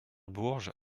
bourges